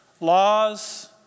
Laws